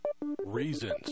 Reasons